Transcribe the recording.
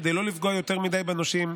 כדי לא לפגוע יותר מדי בנושים,